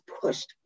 pushed